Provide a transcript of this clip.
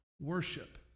worship